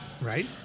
right